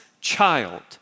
child